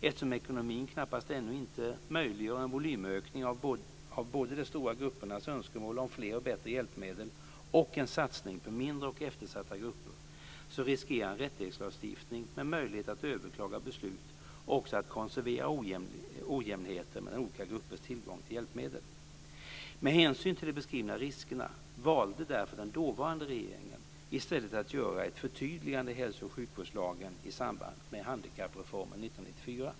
Eftersom ekonomin ännu inte möjliggör en volymökning av både de stora gruppernas önskemål om fler och bättre hjälpmedel och en satsning på mindre och eftersatta grupper, riskerar en rättighetslagstiftning med möjligheter att överklaga beslut också att konservera ojämnheter mellan olika gruppers tillgång till hjälpmedel. Med hänsyn till de beskrivna riskerna valde därför den dåvarande regeringen i stället att göra ett förtydligande i hälso och sjukvårdslagen i samband med handikappreformen 1994.